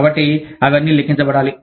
కాబట్టి అవన్నీ లెక్కించబడాలి